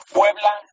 Puebla